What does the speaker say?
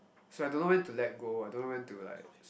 so I don't know when to let go I don't know when to like